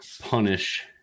punish